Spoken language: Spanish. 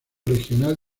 regional